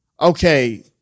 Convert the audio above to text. okay